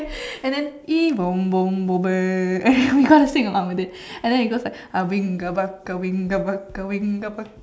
and then and then we got to sing along with it and then it goes like